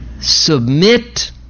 submit